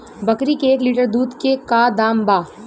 बकरी के एक लीटर दूध के का दाम बा?